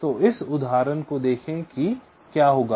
तो इस उदाहरण को देखें कि क्या होगा